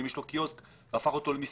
אם יש לו קיוסק והפך אותו למסעדה,